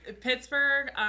Pittsburgh